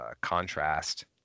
contrast